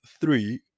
three